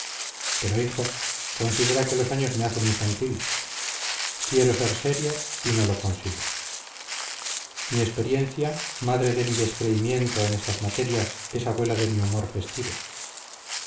pero hijo considera que los años me hacen infantil quiero ser serio y no lo consigo mi experiencia madre de mi descreimiento en estas materias es abuela de mi humor festivo